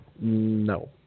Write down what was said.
No